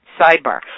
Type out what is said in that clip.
Sidebar